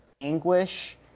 anguish